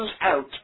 out